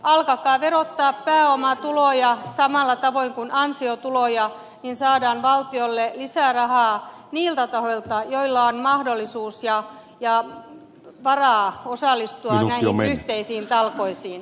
alkakaa verottaa pääomatuloja samalla tavoin kuin ansiotuloja niin saadaan valtiolle lisää rahaa niiltä tahoilta joilla on mahdollisuus ja varaa osallistua näihin yhteisiin talkoisiin